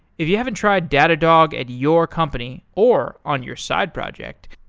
if you haven't tried datadog at your company or on your side project,